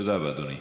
תודה רבה, אדוני.